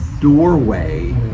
doorway